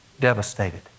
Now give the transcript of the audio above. devastated